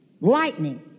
Lightning